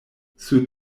sur